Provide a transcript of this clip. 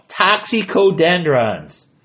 toxicodendrons